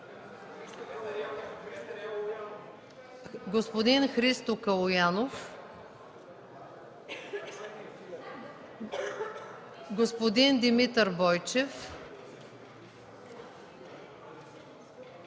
господин Христо Калоянов, господин Димитър Бойчев, господин Петър Якимов,